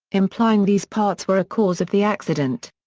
implying these parts were a cause of the accident.